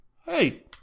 hey